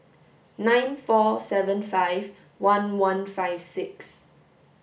nine four seven five one one five six